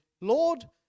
Lord